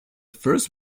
first